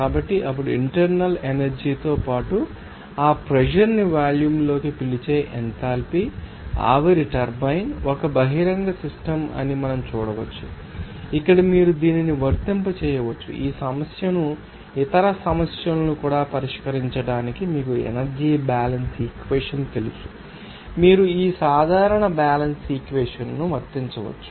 కాబట్టి అప్పుడు internal energy తో పాటు ఆ ప్రెషర్ ని వాల్యూమ్లోకి పిలిచే ఎంథాల్పీ ఆవిరి టర్బైన్ ఒక బహిరంగ సిస్టమ్ అని మనం చూడవచ్చు ఇక్కడ మీరు దీనిని వర్తింపజేయవచ్చు ఈ సమస్యను ఇతర సమస్యలను కూడా పరిష్కరించడానికి మీకు ఎనర్జీ బ్యాలెన్స్ ఈక్వెషన్ తెలుసు మీరు ఈ సాధారణ బ్యాలెన్స్ ఇక్వెషన్ వర్తించవచ్చు